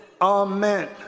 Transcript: Amen